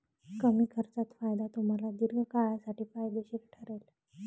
कमी खर्चात फायदा तुम्हाला दीर्घकाळासाठी फायदेशीर ठरेल